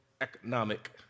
economic